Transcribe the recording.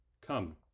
come